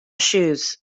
shoes